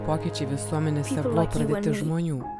pokyčiai visuomenės ir buvo pradėti žmonių